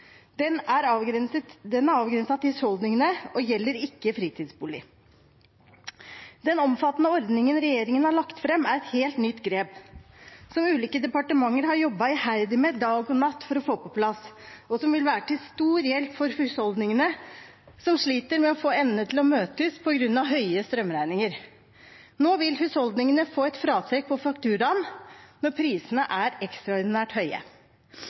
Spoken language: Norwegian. Den er avgrenset til husholdningene og gjelder ikke fritidsbolig. Den omfattende ordningen regjeringen har lagt fram, er et helt nytt grep som ulike departementer har jobbet iherdig med dag og natt for å få på plass, og som vil være til stor hjelp for husholdningene som sliter med å få endene til å møtes på grunn av høye strømregninger. Nå vil husholdningene få et fratrekk på fakturaen når prisene er ekstraordinært høye.